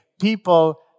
people